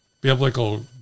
biblical